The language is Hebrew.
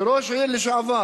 כראש עיר לשעבר